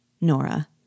Nora